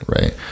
right